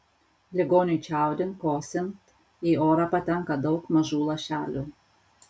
ligoniui čiaudint kosint į orą patenka daug mažų lašelių